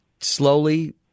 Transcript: slowly